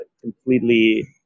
completely